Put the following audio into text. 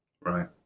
Right